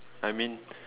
I mean